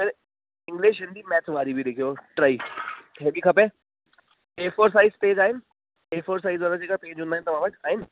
फिर English Hindi math वारी बि लिखियो टई हैवी खपे एफोर साइज़ पेज आहिनि एफोर साइज़ वारा जेको पेज हूंदा आहिनि तव्हां वटि आहिनि